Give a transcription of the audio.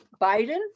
Biden